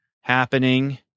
happening